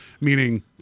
meaning